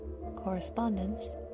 Correspondence